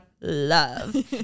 love